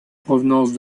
provenance